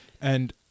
And-